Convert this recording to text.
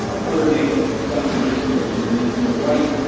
um coordination, the funding and resources and then to the right,